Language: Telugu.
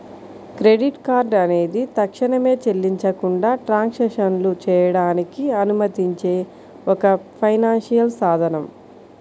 క్రెడిట్ కార్డ్ అనేది తక్షణమే చెల్లించకుండా ట్రాన్సాక్షన్లు చేయడానికి అనుమతించే ఒక ఫైనాన్షియల్ సాధనం